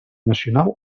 nacional